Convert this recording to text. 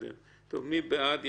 מי בעד?